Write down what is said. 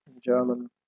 German